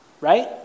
Right